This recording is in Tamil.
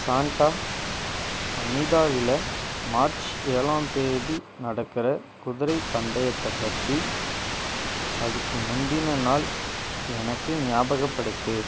சாண்ட்டா அனிதாவில் மார்ச் ஏழாம் தேதி நடக்கிற குதிரைப் பந்தயத்தை பற்றி அதுக்கு முந்திய நாள் எனக்கு ஞாபகப்படுத்து